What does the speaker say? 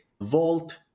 vault